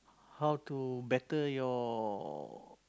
how to better your